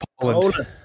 Poland